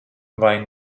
vai